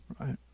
right